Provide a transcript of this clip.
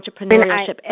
entrepreneurship